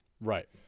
Right